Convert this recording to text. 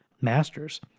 masters